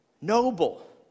noble